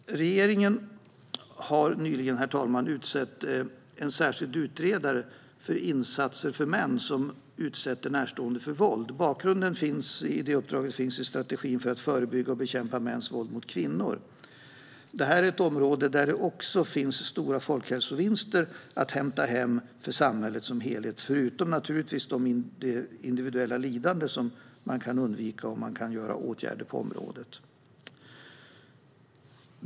Regeringen har nyligen utsett en särskild utredare för insatser för män som utsätter närstående för våld. Bakgrunden till det uppdraget finns i strategin för att förebygga och bekämpa mäns våld mot kvinnor. Det är ett område där det också finns stora folkhälsovinster att hämta för samhället som helhet, förutom naturligtvis det individuella lidande som kan undvikas genom åtgärder på området.